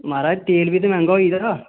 माराज तेल बी ते मैहंगा होई गेदा ना